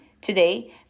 today